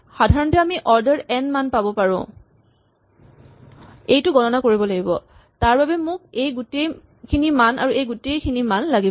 সাধাৰণতে আমি order n মান পাব পাৰো এইটো গণনা কৰিব লাগিব তাৰবাবে মোক এই গোটেই খিনি মান আৰু এই গোটেই খিনি মান লাগিব